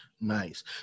nice